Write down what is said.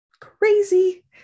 crazy